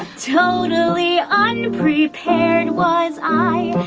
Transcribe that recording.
totally unprepared was i,